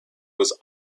was